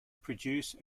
produce